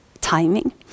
timing